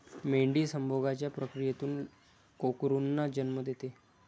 मेंढी संभोगाच्या प्रक्रियेतून कोकरूंना जन्म देते